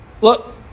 Look